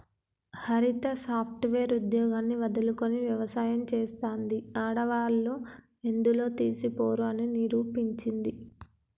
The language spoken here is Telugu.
హరిత సాఫ్ట్ వేర్ ఉద్యోగాన్ని వదులుకొని వ్యవసాయం చెస్తాంది, ఆడవాళ్లు ఎందులో తీసిపోరు అని నిరూపించింది